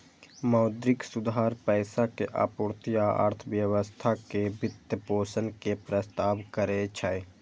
मौद्रिक सुधार पैसा के आपूर्ति आ अर्थव्यवस्था के वित्तपोषण के प्रस्ताव करै छै